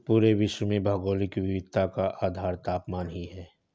पूरे विश्व में भौगोलिक विविधता का आधार तापमान ही है